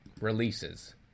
releases